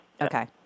Okay